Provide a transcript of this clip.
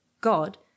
God